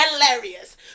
Hilarious